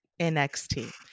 NXT